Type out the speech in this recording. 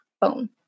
phone